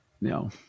no